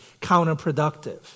counterproductive